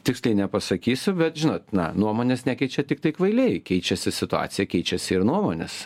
tiksliai nepasakysiu bet žinot na nuomonės nekeičia tiktai kvailiai keičiasi situacija keičiasi ir nuomonės